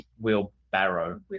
wheelbarrow